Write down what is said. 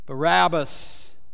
Barabbas